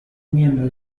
miembro